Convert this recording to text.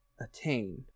attain